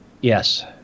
Yes